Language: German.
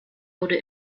wurde